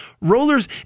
rollers